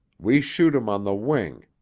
we shoot em on the wing.